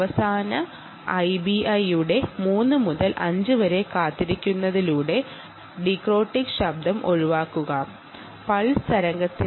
അവസാന ഐബിഐയുടെ 3 മുതൽ 5 വരെ കാത്തിരിക്കുന്നതിലൂടെ ഡിക്രോറ്റിക് നോയ്സ് ഒഴിവാക്കാൻ കഴിയുന്നു